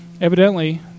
Evidently